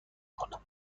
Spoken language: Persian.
کنم